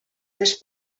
més